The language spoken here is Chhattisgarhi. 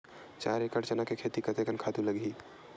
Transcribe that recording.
चार एकड़ चना के खेती कतेकन खातु लगही?